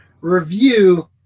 review